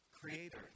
creator